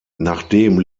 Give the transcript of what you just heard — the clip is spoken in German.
nachdem